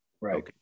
Right